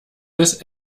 bis